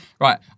Right